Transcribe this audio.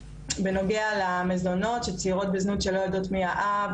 בנוגע למזונות, שצעירות בזנות שלא יודעות מי האב,